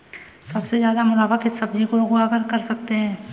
सबसे ज्यादा मुनाफा किस सब्जी को उगाकर कर सकते हैं?